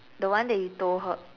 the one that you told her